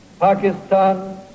Pakistan